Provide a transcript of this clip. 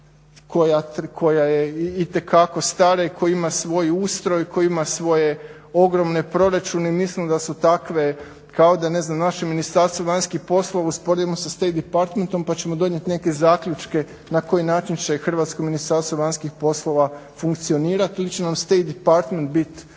koja je itekako stara, i koji ima svoj ustroj, koji ima svoje ogromne proračune i mislim da su takve, kao da je, ne znam naše Ministarstvo vanjskih poslova usporedimo sa STATE Department, pa ćemo donijet neke zaključke na koji način će hrvatsko Ministarstvo vanjskih poslova funkcionira ključno nam STATE Department bit